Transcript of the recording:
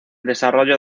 desarrollo